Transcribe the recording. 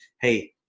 hey –